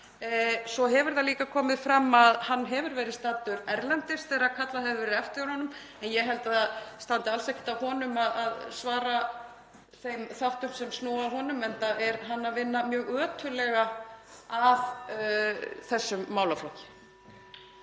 Svo hefur það líka komið fram að hann hefur verið staddur erlendis þegar kallað hefur verið eftir honum en ég held að það standi alls ekkert á ráðherra að svara þeim þáttum sem að honum snúa, (Forseti hringir.) enda er hann að vinna mjög ötullega að þessum málaflokki.